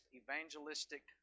evangelistic